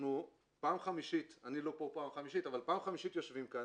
אנחנו פעם חמישית יושבים כאן